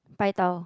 paitao